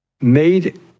made